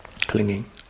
Clinging